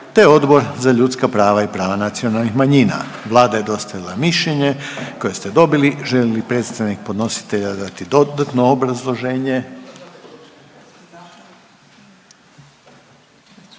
te Odbor za ljudska prava i prava nacionalnih manjina. Vlada je dostavila mišljenje koje ste dobili. Želi li predstavnik podnositelja dati dodatno obrazloženje?